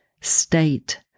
state